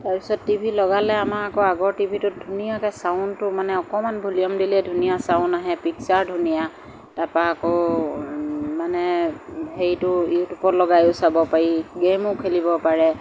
তাৰ পাছত টিভি লগালে আমাৰ আকৌ আগৰ টিভিটোত ধুনীয়াকৈ চাউণ্ডটো মানে অকণমান ভলিউম দিলেই ধুনীয়া চাউণ্ড আহে পিকচাৰ ধুনীয়া তাৰপৰা আকৌ মানে সেইটো ইউটিউবত লগাইও চাব পাৰি গেইমো খেলিব পাৰে